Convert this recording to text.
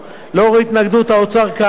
לאור התנגדות האוצר כאמור,